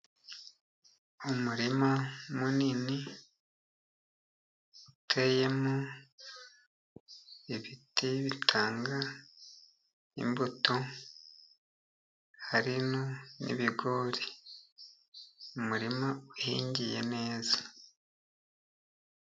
Umurima munini uteyemo ibiti bitanga imbuto, hari n'ibigori, ni umurima uhingiye neza.